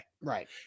Right